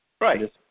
Right